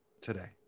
today